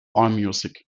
allmusic